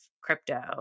crypto